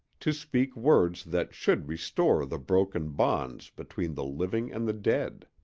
to speak words that should restore the broken bonds between the living and the dead.